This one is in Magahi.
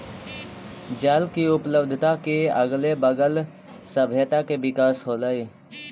जल के उपलब्धता के अगले बगल सभ्यता के विकास होलइ